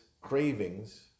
cravings